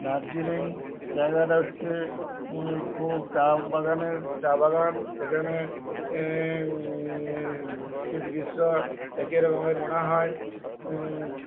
দার্জিলিং জায়গাটা হচ্ছে খুব চা বাগানের চা বাগান সেখানে শীত গ্রীষ্ম একই রকমের মনে হয়